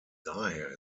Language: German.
daher